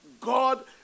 God